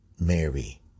Mary